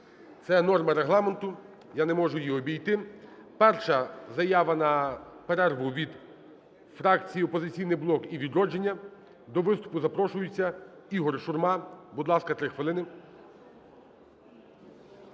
Це норма Регламенту, я не можу її обійти. Перша заява на перерву - від фракції "Опозиційний блок" і "Відродження". До виступу запрошується Ігор Шурма. Будь ласка, три хвилини.